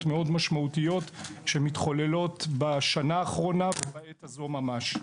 מאוד משמעותיות שמתחוללות בשנה האחרונה ובעת הזו ממש.